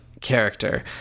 character